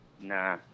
Nah